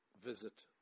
visit